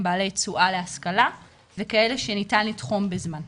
בעלי תשואה להשכלה וכאלה שניתן לתחום בזמן.